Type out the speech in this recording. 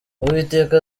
uwiteka